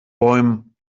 bäumen